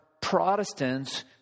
Protestants